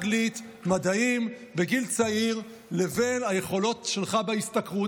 אנגלית ומדעים בגיל צעיר לבין היכולות שלך בהשתכרות.